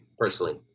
personally